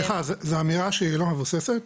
סליחה, זו אמירה שהיא לא מבוססת.